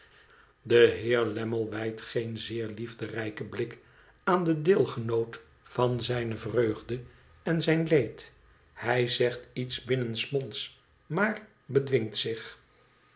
de heer lammie wijdt geen zeer liefderijken blik aan de deelgenoot van zijne vreugde en zijn leed hij zegt iets binnensmonds maarbe dwingt zich